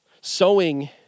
Sowing